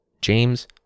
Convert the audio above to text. James